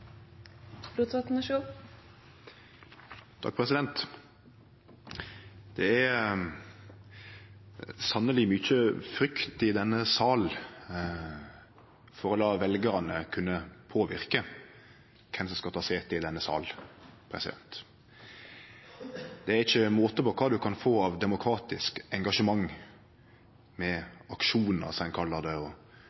Det er sanneleg mykje frykt i denne salen for å la veljarane kunne påverke kven som skal ta sete i denne salen. Det er ikkje måte på kva ein kan få av demokratisk engasjement med